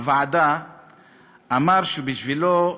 חברי יושב-ראש הוועדה אמר שבשבילו,